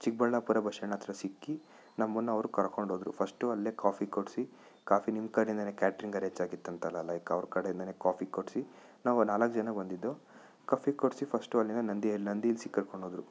Chikkaballapur bus stand ಹತ್ತಿರ ಸಿಕ್ಕಿ ನಮ್ಮನ್ನು ಅವ್ರು ಕರ್ಕೊಂಡು ಹೋದರು ಫಸ್ಟು ಅಲ್ಲೇ ಕಾಫಿ ಕೊಡಿಸಿ ಕಾಫಿ ನಿಮ್ಮ ಕಡೆಯಿಂದಲೇ ಕ್ಯಾಟ್ರಿಂಗ್ ಅರೆಂಜ್ ಆಗಿತ್ತಂತ ಅಲ್ಲ ಲೈಕ್ ಅವ್ರ ಕಡೆಯಿಂದಲೇ ಕಾಫಿ ಕೊಡಿಸಿ ನಾವು ನಾಲ್ಕು ಜನ ಬಂದಿದ್ದು ಕಾಫಿ ಕೊಡಿಸಿ ಫಸ್ಟು ಅಲ್ಲಿಂದ ನಂದಿ ಹಿಲ್ ನಂದಿ ಹಿಲ್ಸಿಗೆ ಕರ್ಕೊಂಡು ಹೋದ್ರು